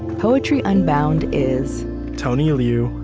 poetry unbound is tony liu,